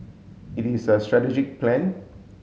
it is a strategic plan